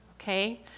okay